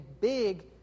big